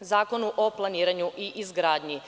Zakonu o planiranju i izgradnji.